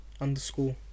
underscore